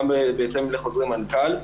גם בהתאם לחוזרי מנכ"ל,